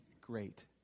great